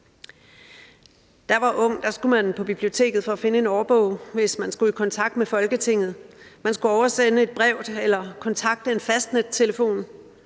jeg var ung, skulle man på biblioteket for at finde en årbog, hvis man skulle i kontakt med Folketinget. Man skulle oversende et brev eller kontakte en fastnettelefon.